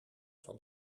van